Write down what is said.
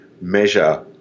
measure